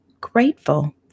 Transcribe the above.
grateful